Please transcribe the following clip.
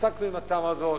עסקנו בתמ"א הזאת,